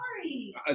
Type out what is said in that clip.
sorry